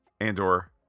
Andor